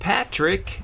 Patrick